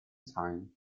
time